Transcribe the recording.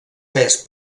pes